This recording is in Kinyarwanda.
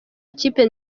ikipe